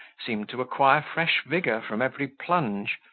seemed to acquire fresh vigour from every plunge,